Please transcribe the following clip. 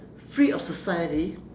free of society